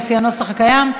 לפי הנוסח הקיים,